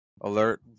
alert